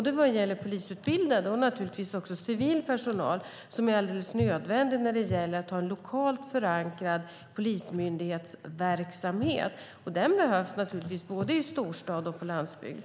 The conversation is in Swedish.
Det gäller både polisutbildade och naturligtvis också civil personal, vilken är alldeles nödvändig för den lokalt förankrade polismyndighetsverksamheten, och den behövs självklart både i storstad och på landsbygd.